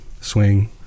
swing